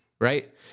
right